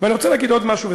אני רוצה להגיד עוד משהו,